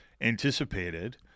anticipated